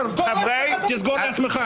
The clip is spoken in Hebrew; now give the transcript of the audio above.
תסגור לעצמך.